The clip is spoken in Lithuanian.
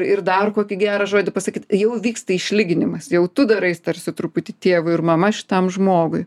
ir dar kokį gerą žodį pasakyt jau įvyksta išlyginimas jau tu darais tarsi truputį tėvu ir mama šitam žmogui